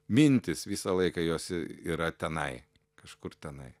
mintys visą laiką jos yra tenai kažkur tenai